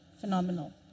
phenomenal